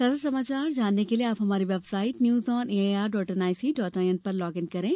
ताजा समाचार जानने के लिए आप हमारी website news on A I R dot N I C dot I N पर लॉग इन करें